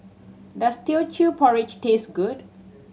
does Teochew Porridge taste good